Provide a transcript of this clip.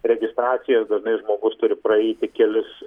registracijas dažnai žmogus turi praeiti kelis